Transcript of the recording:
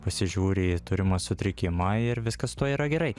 pasižiūri į turimą sutrikimą ir viskas su tuo yra gerai